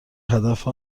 هدف